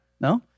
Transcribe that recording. No